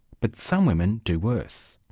but some women do worse.